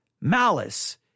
malice